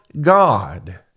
God